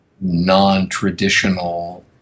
non-traditional